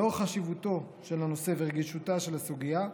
לאור חשיבותו של הנושא ורגישותה של הסוגיה,